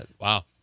Wow